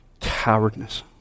cowardness